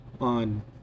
on